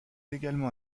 également